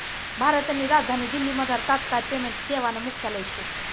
भारतनी राजधानी दिल्लीमझार तात्काय पेमेंट सेवानं मुख्यालय शे